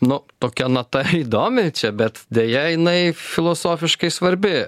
nu tokia nata įdomi čia bet deja jinai filosofiškai svarbi